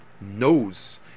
knows